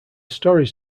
stories